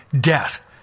death